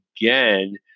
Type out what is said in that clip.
again